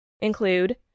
include